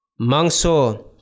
Mangso